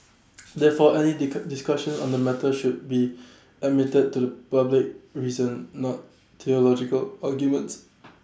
therefore any discussions on the matter should be admitted to public reason not theological arguments